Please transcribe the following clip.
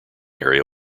area